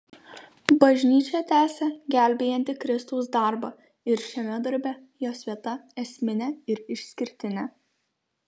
bažnyčią tęsia gelbėjantį kristaus darbą ir šiame darbe jos vieta esminė ir išskirtinė